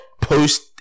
Post